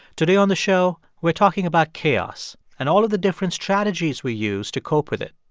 today on the show, we're talking about chaos and all of the different strategies we use to cope with it.